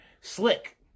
slick